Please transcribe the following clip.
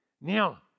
Now